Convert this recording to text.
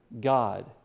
God